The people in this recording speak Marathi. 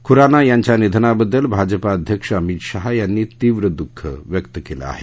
खुराना यांच्या निधनाबद्दल भाजपा अध्यक्ष अमित शहा यांनी तीव्र दःख व्यक्त केलं आहे